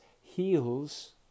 heals